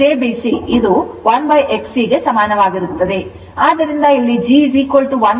jBC ಇದು 1XC ಗೆ ಸಮಾನವಾಗಿರುತ್ತದೆ